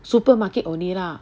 supermarket only lah